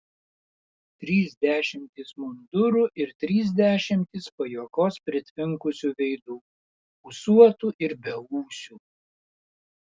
trys dešimtys mundurų ir trys dešimtys pajuokos pritvinkusių veidų ūsuotų ir beūsių